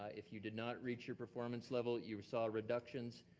if you did not reach your performance level, you saw reductions,